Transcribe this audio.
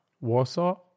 Warsaw